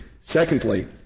Secondly